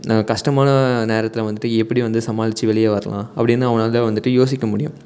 கஷ்டமான நேரத்தில வந்துட்டு எப்படி வந்து சமாளித்து வெளியே வரலாம் அப்படின்னு அவனால் வந்துட்டு யோசிக்க முடியும்